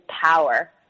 power